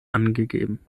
angegeben